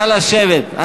נא לשבת,